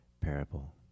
parable